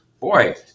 boy